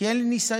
כי אין לי ניסיון.